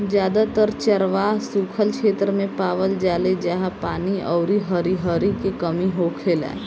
जादातर चरवाह सुखल क्षेत्र मे पावल जाले जाहा पानी अउरी हरिहरी के कमी होखेला